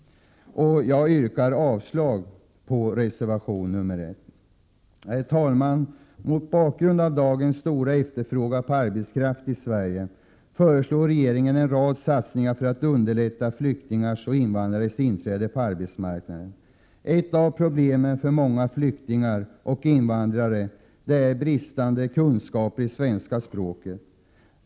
Jag yrkar avslag på reservation nr 1. Herr talman! Mot bakgrund av dagens stora efterfrågan på arbetskraft i Sverige föreslår regeringen en rad satsningar för att underlätta flyktingars och invandrares inträde på arbetsmarknaden. Ett av problemen för många flyktingar och invandrare är brist på kunskaper i svenska språket.